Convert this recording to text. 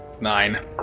Nine